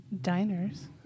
diners